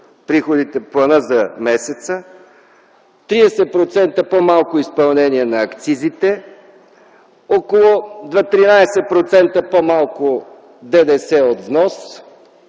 приходите за месеца, 30% по-малко изпълнение на акцизите, около 12-13% по-малко ДДС от внос